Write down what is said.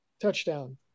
touchdown